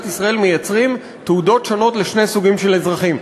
ישראל מייצרים תעודות שונות לשני סוגים של אזרחים.